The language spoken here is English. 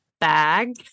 bag